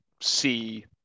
see